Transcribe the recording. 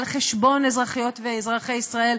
על חשבון אזרחיות ואזרחי ישראל,